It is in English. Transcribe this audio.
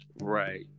Right